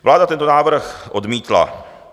Vláda tento návrh odmítla.